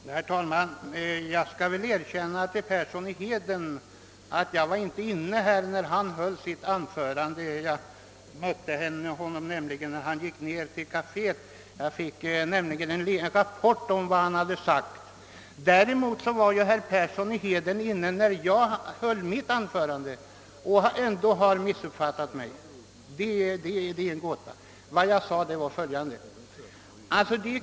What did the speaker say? Herr talman! Jag skall väl erkänna för herr Persson i Heden att jag inte var inne i kammaren när han höll sitt anförande; jag mötte honom just när han gick ner till kaféet, men jag fick en rapport om vad han hade sagt. Däremot var herr Persson inne när jag höll mitt anförande, och hur han då kan ha missuppfattat mig är en gåta. Vad jag sade var bara följande.